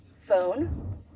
phone